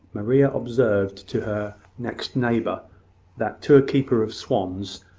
maria observed to her next neighbour that, to a keeper of swans,